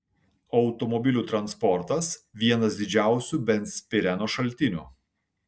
automobilių transportas vienas didžiausių benzpireno šaltinių